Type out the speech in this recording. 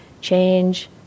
change